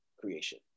creation